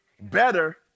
better